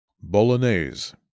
Bolognese